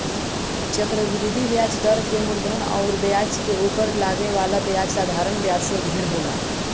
चक्रवृद्धि ब्याज दर के मूलधन अउर ब्याज के उपर लागे वाला ब्याज साधारण ब्याज से ढेर होला